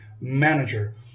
manager